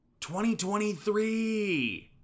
2023